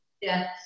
Yes